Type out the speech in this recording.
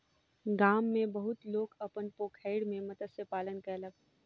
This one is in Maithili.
गाम में बहुत लोक अपन पोखैर में मत्स्य पालन कयलक